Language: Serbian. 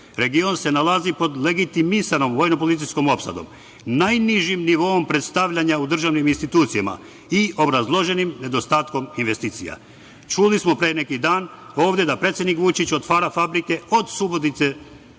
Region se nalazi pod legitimisanom vojno-policijskom opsadom, najnižim nivoom predstavljanja u državnim institucijama i obrazloženim nedostatkom investicija. Čuli smo pre neki dan ovde da predsednik Vučić otvara fabrike od Subotice